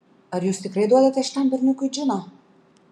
ar jūs tikrai duodate šitam berniukui džino